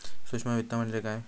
सूक्ष्म वित्त म्हणजे काय?